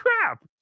crap